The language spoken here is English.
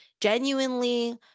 genuinely